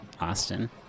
Austin